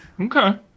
Okay